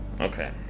Okay